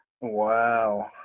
Wow